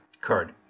card